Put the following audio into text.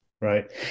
Right